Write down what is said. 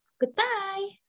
Goodbye